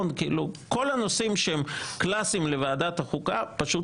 נושאים שהם קלאסיים לוועדת החוקה פשוט